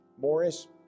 Morris